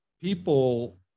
people